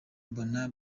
mbona